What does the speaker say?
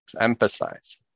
emphasize